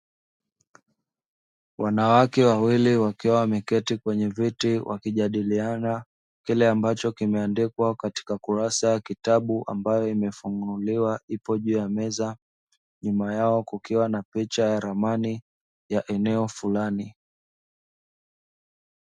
Wanawake wawili wakiwa wameketi kwenye viti wakijadiliana kile, ambacho kimeandikwa katika kurasa kitabu, ambayo imefunguliwa ipo juu ya meza, nyuma yao kukiwa na picha ya ramani ya eneo fulani.